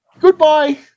Goodbye